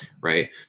Right